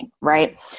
Right